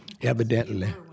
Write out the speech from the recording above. evidently